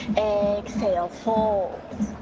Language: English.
exhale, fold